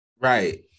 Right